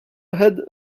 had